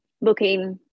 looking